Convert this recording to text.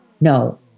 No